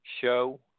show